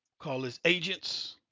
call this agents.